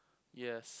yes